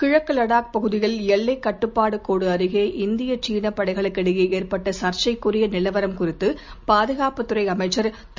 கிழக்கு லடாக் பகுதியில் எல்லைக் கட்டுப்பாடு கோடு அருகே இந்திய சீன படைகளுக்கிடையே ஏற்பட்ட சர்ச்சைக்குரிய நிலவரம் கருத்து பாதுகாப்புத் துறை அமைச்சர் திரு